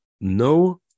no